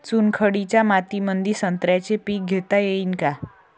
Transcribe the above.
चुनखडीच्या मातीमंदी संत्र्याचे पीक घेता येईन का?